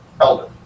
elder